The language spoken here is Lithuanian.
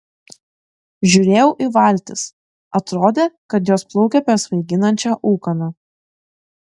žiūrėjau į valtis atrodė kad jos plaukia per svaiginančią ūkaną